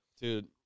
Dude